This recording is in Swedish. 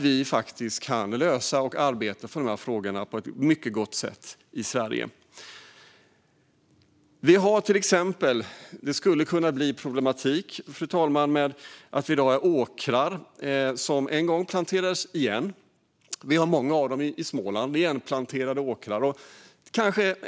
Vi kan lösa och arbeta för de här frågorna på ett mycket gott sätt i Sverige. Det skulle kunna uppstå problematik, fru talman, med att vi i dag har åkrar som en gång planterades igen. Vi har många igenplanterade åkrar i Småland.